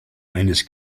eines